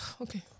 Okay